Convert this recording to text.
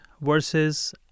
versus